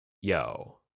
yo